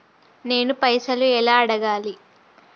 నేను పైసలు ఎలా అడగాలి?